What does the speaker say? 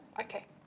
Okay